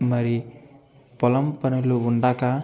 మరి పొలం పనులు ఉండక